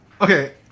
Okay